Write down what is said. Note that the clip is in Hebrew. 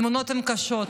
התמונות הן קשות,